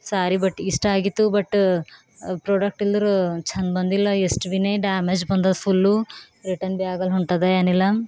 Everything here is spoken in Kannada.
ಸ್ಯಾರಿ ಬಟ್ ಇಷ್ಟ ಆಗಿತ್ತು ಬಟ ಪ್ರೊಡಕ್ಟ್ ಇಲ್ದ್ರೂ ಚಂದ ಬಂದಿಲ್ಲ ಎಷ್ಟು ಭೀನೆ ಡ್ಯಾಮೇಜ್ ಬಂದದ ಫುಲ್ಲು ರಿಟನ್ ಭೀ ಆಗಲ್ಲ ಹೊಂಟದ ಏನಿಲ್ಲ